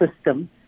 system